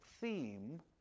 theme